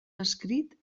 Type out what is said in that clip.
escrit